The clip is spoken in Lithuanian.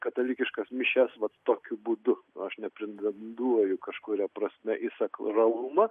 katalikiškas mišias vat tokiu būdu aš nepretenduoju kažkuria prasme į sakralumą